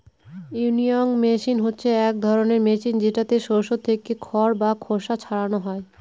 winnowing machine হচ্ছে এক ধরনের মেশিন যেটাতে শস্য থেকে খড় বা খোসা ছারানো হয়